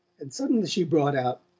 and suddenly she brought out